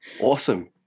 awesome